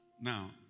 Now